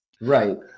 right